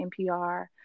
NPR